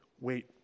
Wait